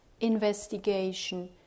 investigation